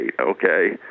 okay